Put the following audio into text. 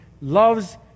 loves